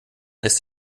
lässt